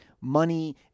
money